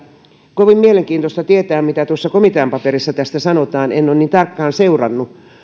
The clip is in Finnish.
kovin mielenkiintoista tietää mitä tuossa komitean paperissa tästä sanotaan en ole niin tarkkaan seurannut